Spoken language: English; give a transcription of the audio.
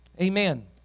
Amen